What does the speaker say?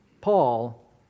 Paul